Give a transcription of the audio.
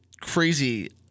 crazy